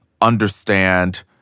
understand